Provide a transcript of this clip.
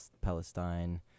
Palestine